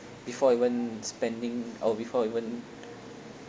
before even spending or before even